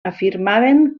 afirmaven